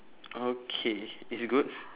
okay it's good